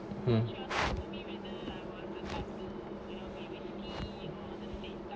um